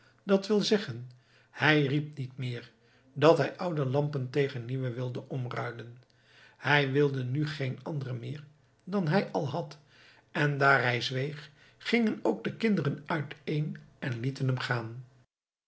d w z hij riep niet meer dat hij oude lampen tegen nieuwe wilde omruilen hij wilde nu geen andere meer dan hij al had en daar hij zweeg gingen ook de kinderen uiteen en lieten hem gaan